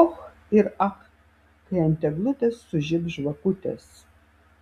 och ir ach kai ant eglutės sužibs žvakutės